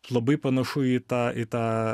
labai panašu į tą į tą